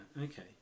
okay